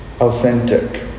authentic